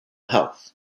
health